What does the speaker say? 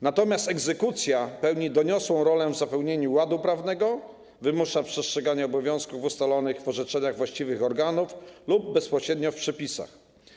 Natomiast egzekucja pełni doniosłą rolę w zapewnieniu ładu prawnego, wymusza przestrzeganie obowiązków ustalonych w orzeczeniach właściwych organów lub bezpośrednio w przepisach.